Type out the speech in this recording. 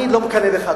אני לא מקנא בך,